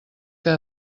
que